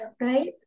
right